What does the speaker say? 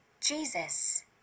Jesus